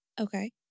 Okay